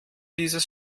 dieses